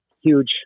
huge